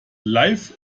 live